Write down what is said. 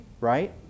right